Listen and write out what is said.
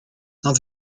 nad